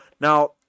Now